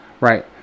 Right